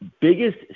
biggest